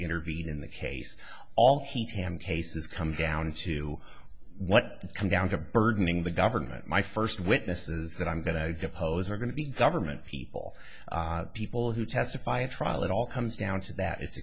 intervene in the case all teach him cases come down to what come down to burdening the government my first witnesses that i'm going to depose are going to be government people people who testify at trial it all comes down to that it's